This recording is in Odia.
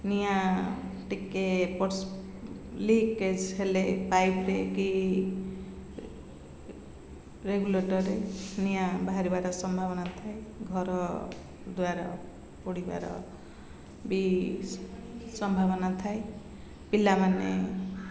ନିଆଁ ଟିକେ ଲିକେଜ୍ ହେଲେ ପାଇପ୍ରେ କି ରେଗୁଲେଟର୍ରେ ନିଆଁ ବାହାରିବାର ସମ୍ଭାବନା ଥାଏ ଘର ଦ୍ୱାର ପୋଡ଼ିବାର ବି ସମ୍ଭାବନା ଥାଏ ପିଲାମାନେ